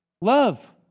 Love